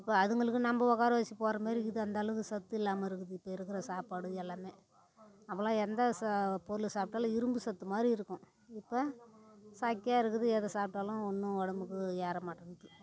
இப்போ அதுங்களுக்கு நம்ம உக்கார வச்சி போடுற மாதிரி இருக்குது அந்தளவுக்கு சத்து இல்லாமல் இருக்குது இப்போ இருக்கிற சாப்பாடு எல்லாமே அப்போல்லாம் எந்த சா பொருள் சாப்பிட்டாலும் இரும்பு சத்து மாதிரி இருக்கும் இப்போ சக்கையா இருக்குது எதை சாப்பிட்டாலும் ஒன்றும் உடம்புக்கு ஏற மாட்டேந்த்து